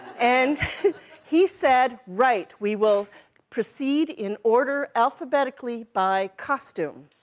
and he said, right, we will proceed in order, alphabetically, by costume.